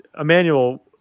Emmanuel